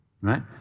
right